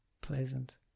Pleasant